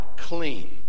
clean